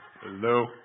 Hello